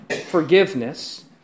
forgiveness